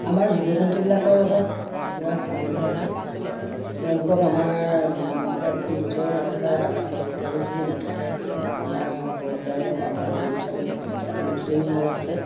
আমাৰ জীৱ জন্তুবিলাকৰ লগত পুৰা সম্বন্ধ আছে তেওঁলোকক আমাৰ এক নিজৰ একেবাৰে তেওঁলোক যদি নাথাকে আমাৰ বহুত বেয়া লাগে আমাৰ গৰু ছাগলী ছাগলী দুজনী মোৰ আছে